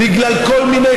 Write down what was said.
בגלל כל מיני,